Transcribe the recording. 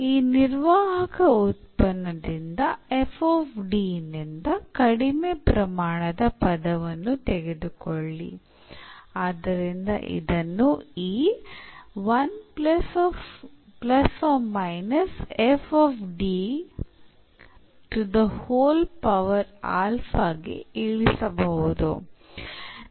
ಈ ನಿರ್ವಾಹಕ ಉತ್ಪನ್ನದಿಂದ ನಿಂದ ಕಡಿಮೆ ಪ್ರಮಾನದ ಪದವನ್ನು ತೆಗೆದುಕೊಳ್ಳಿ ಆದ್ದರಿಂದ ಇದನ್ನು ಈ ಗೆ ಇಳಿಸಬಹುದು